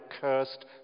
cursed